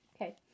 Okay